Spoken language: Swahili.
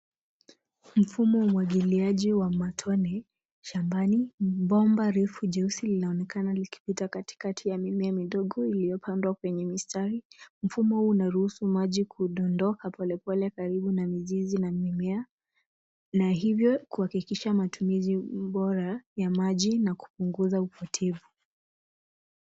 Mfumo wa umwagiliaji wa matone shambani. Bomba refu jeusi linaonekana likipita kati kati ya mimea midogo iliyopandwa kwenye mistari. Mfumo huu unaruhusu maji kudondoka pole pole karibu na mizizi ya mimea na hivyo kuhakikisha matumizi bora ya maji na kupunguza upotevu.